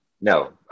No